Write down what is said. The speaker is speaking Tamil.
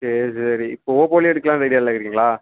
சரி சரி இப்போ ஓப்போலையே எடுக்கலான்ற ஐடியாவில இருக்குறீங்களா